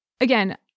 again